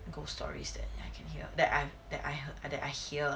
ghost stories that I can hear that I that I heard that I hear lah